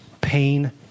pain